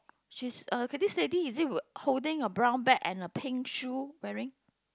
she's uh getting steady is it holding a brown bag and a pink shoe wearing